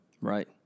Right